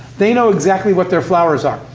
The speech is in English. they know exactly what their flowers are.